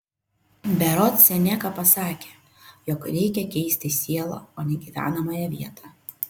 berods seneka pasakė jog reikia keisti sielą o ne gyvenamąją vietą